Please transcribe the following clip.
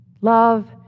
love